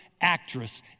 actress